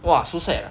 !wah! so sad ah